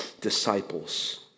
disciples